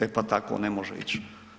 E pa, tako ne može ići.